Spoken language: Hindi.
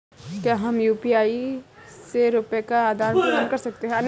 क्या हम यू.पी.आई से रुपये का आदान प्रदान कर सकते हैं?